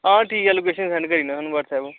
आं ठीक ऐ थाह्नूं लोकेशन सैंड करी ओड़ना व्हाट्सऐप पर